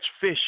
fish